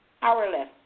powerless